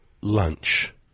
lunch